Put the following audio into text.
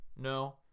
No